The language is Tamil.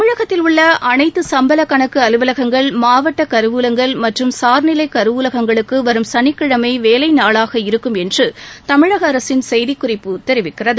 தமிழகத்தில் உள்ள அனைத்து சம்பள கணக்கு அலுவலகங்கள் மாவட்ட கருவூலங்கள் மற்றும் சார் நிலை கருவூலகங்களுக்கு வரும் சனிக்கிழமை வேலை நாளாக இருக்கும் என்று தமிழக அரசின் செய்திக்குறிப்பு கெரிவிக்கிறது